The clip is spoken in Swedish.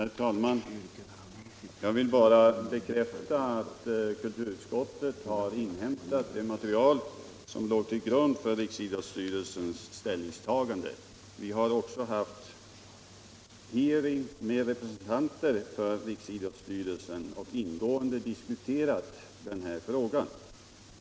Herr talman! Jag vill bara bekräfta att kulturutskottet har tagit del av det material som låg till grund för Riksidrottsstyrelsens ställningstagande. Vi har också haft hearings med representanter för Riksidrottsstyrelsen och ingående diskuterat den här frågan.